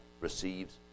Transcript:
receives